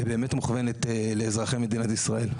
והיא באמת מוכוונת לאזרחי מדינת ישראל.